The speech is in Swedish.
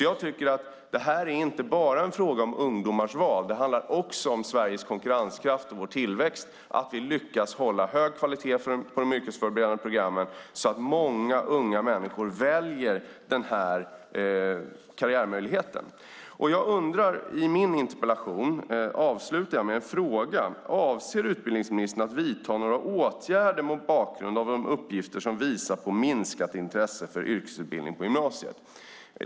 Jag tycker alltså inte att detta bara är en fråga om ungdomars val. Det handlar också om Sveriges konkurrenskraft och vår tillväxt att vi lyckas hålla hög kvalitet på de yrkesförberedande programmen så att många unga människor väljer den karriärmöjligheten. I min interpellation avslutar jag med en fråga: Avser utbildningsministern att vidta några åtgärder mot bakgrund av de uppgifter som visar på minskat intresse för yrkesutbildning på gymnasiet?